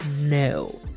no